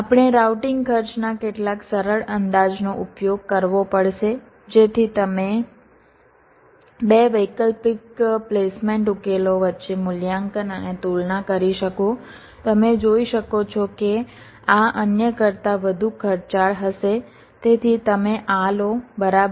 આપણે રાઉટિંગ ખર્ચના કેટલાક સરળ અંદાજનો ઉપયોગ કરવો પડશે જેથી તમે 2 વૈકલ્પિક પ્લેસમેન્ટ ઉકેલો વચ્ચે મૂલ્યાંકન અને તુલના કરી શકો તમે જોઈ શકો છો કે આ અન્ય કરતાં વધુ ખર્ચાળ હશે તેથી તમે આ લો બરાબર